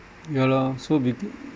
ya lor so between